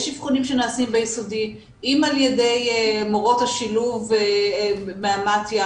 יש אבחונים שנעשים ביסודי אם על ידי מורות השילוב מ- -- אם